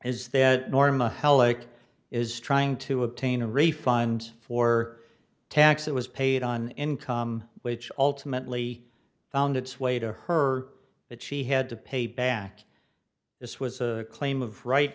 is that norma heloc is trying to obtain a refund for tax that was paid on income which ultimately found its way to her that she had to pay back this was a claim of r